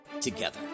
together